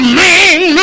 man